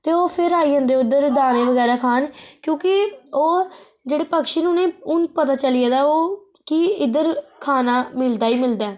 ते ओह् फिर आई जंदे इद्धर दाने बगैरा खान क्योंकि ओह् जेह्डे़ पक्षी न उनेंगी उनेंगी पता चली गेदा ओह् की इद्धर खाना मिलदा ही मिलदा ऐ